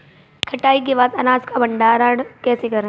कटाई के बाद अनाज का भंडारण कैसे करें?